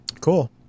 Cool